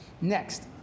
next